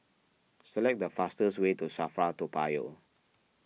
select the fastest way to Safra Toa Payoh